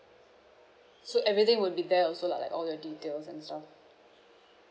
so everything would be there also lah like all your details and stuff